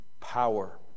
power